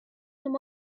some